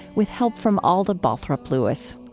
with help from alda balthrop-lewis.